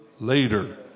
later